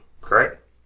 Correct